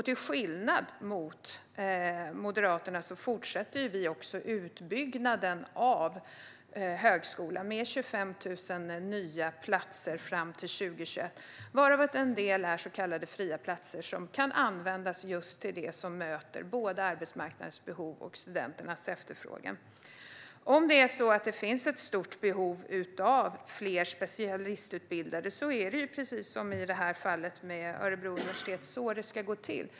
Till skillnad från Moderaterna fortsätter vi också utbyggnaden av högskolan med 25 000 nya platser fram till 2021, varav en del är så kallade fria platser som kan användas just till det som möter både arbetsmarknadens behov och studenternas efterfrågan. Om det finns ett stort behov av fler specialistutbildade ska det gå till precis som i fallet med Örebro universitet.